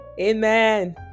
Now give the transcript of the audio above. Amen